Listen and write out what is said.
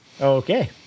Okay